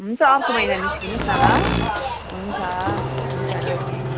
हुन्छ अर्को महिना निस्किनुहोस् न ल हुन्छ हुन्छ राखेँ है